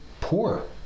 poor